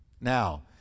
Now